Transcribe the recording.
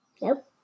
Nope